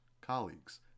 colleagues